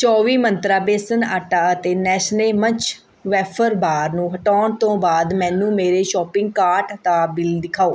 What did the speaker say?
ਚੌਵੀ ਮੰਤਰਾ ਬੇਸਨ ਆਟਾ ਅਤੇ ਨੈਸਲੇ ਮੰਚ ਵੈਫਰ ਬਾਰ ਨੂੰ ਹਟਾਉਣ ਤੋਂ ਬਾਅਦ ਮੈਨੂੰ ਮੇਰੇ ਸ਼ੋਪਿੰਗ ਕਾਰਟ ਦਾ ਬਿੱਲ ਦਿਖਾਓ